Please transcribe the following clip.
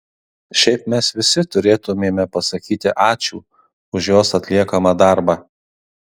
šiaip mes visi turėtumėme pasakyti ačiū už jos atliekamą darbą